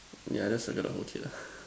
yeah just circle the whole kid lah